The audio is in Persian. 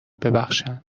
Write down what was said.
ببخشند